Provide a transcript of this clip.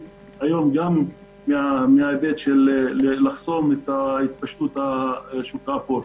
היום גם מההיבט של לחסום את התפשטות השוק האפור.